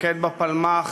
המפקד בפלמ"ח,